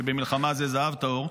שבמלחמה זה זהב טהור.